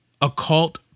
occult